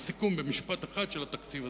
סיכום במשפט אחד של התקציב הזה,